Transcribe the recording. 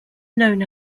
known